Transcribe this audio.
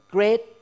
Great